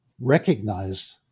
recognized